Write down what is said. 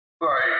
Right